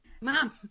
Mom